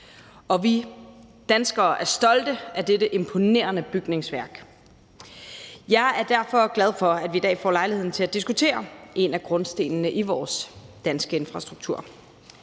Og vi danskere er stolte af dette imponerende bygningsværk. Jeg er derfor glad for, at vi i dag får lejlighed til at diskutere en af grundstenene i vores danske infrastruktur.